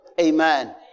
Amen